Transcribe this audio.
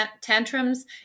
tantrums